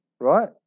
Right